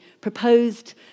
proposed